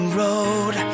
road